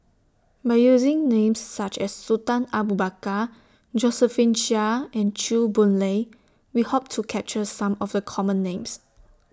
By using Names such as Sultan Abu Bakar Josephine Chia and Chew Boon Lay We Hope to capture Some of The Common Names